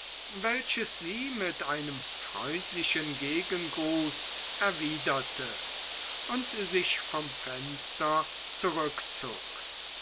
welches sie mit einem freundlichen gegengruß erwiderte und sich vom fenster zurückzog